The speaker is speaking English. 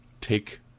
take